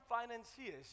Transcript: financiers